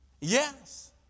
Yes